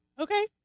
okay